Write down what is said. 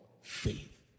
faith